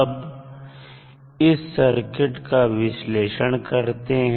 अब इस सर्किट का विश्लेषण करते हैं